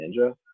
Ninja